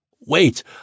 Wait